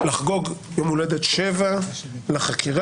לחגוג יום הולדת שבע לחקירה.